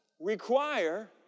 require